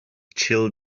chill